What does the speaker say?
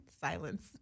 silence